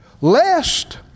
lest